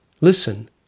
Listen